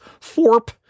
forp